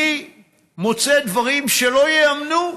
אני מוצא דברים שלא ייאמנו.